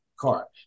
car